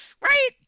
Right